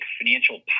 financial